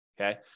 Okay